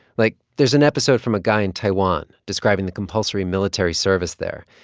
like, there's an episode from a guy in taiwan describing the compulsory military service there.